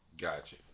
Gotcha